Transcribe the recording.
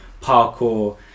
parkour